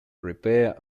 repair